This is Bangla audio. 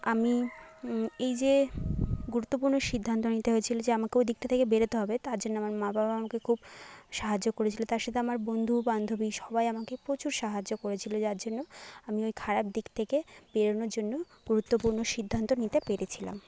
আমি এই যে গুরুত্বপূর্ণ সিদ্ধান্ত নিতে হয়েছিলো যে আমাকে ঐ দিকটা থেকে বেরোতে হবে তার জন্য আমার মা বাবা আমাকে খুব সাহায্য করেছিলো তার সাথে আমার বন্ধু বান্ধবী সবাই আমাকে প্রচুর সাহায্য করেছিলো যার জন্য আমি ঐ খারাপ দিক থেকে বেরোনোর জন্য গুরুত্বপূর্ণ সিদ্ধান্ত নিতে পেরেছিলাম